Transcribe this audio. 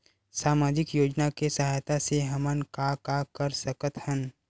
सामजिक योजना के सहायता से हमन का का कर सकत हन?